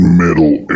middle